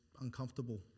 uncomfortable